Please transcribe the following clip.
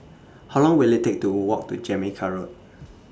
How Long Will IT Take to Walk to Jamaica Road